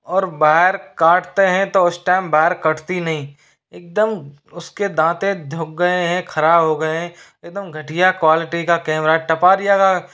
और बायर काटते हैं तो उस टाएम बायर कटती नहीं एकदम उसके दांते ढुक गए हैं ख़राब हो गए हैं एकदम घटिया क्वालिटी का कैमरा टपारिया का